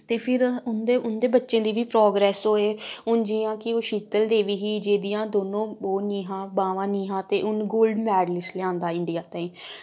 ते फिर उंदे बच्चें दी बी परॉगरैस्स होए हुन जियां कि ओह् शीतल देवी ही जेह्दियां दोनें ओ नी हा बाहमां नी हा ते उन्न गोल्ड मैडल लेआंदा इंडियां तांईं